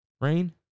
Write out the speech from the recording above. Rain